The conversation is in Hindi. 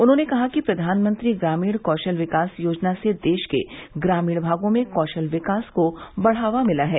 उन्होंने कहा कि प्रधानमंत्री ग्रामीण कौशल विकास योजना से देश के ग्रामीण भागों में कौशल विकास को बढावा मिला है